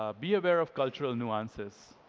ah be aware of cultural nuances.